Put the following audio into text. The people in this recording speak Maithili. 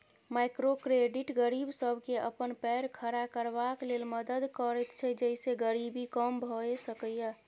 माइक्रो क्रेडिट गरीब सबके अपन पैर खड़ा करबाक लेल मदद करैत छै जइसे गरीबी कम भेय सकेए